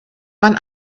man